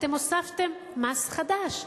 אתם הוספתם מס חדש,